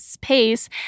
pace